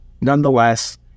nonetheless